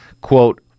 Quote